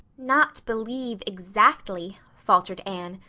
not believe exactly, faltered anne.